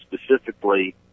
specifically